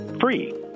free